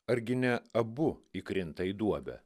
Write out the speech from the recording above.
argi ne abu įkrinta į duobę